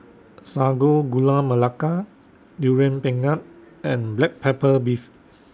Sago Gula Melaka Durian Pengat and Black Pepper Beef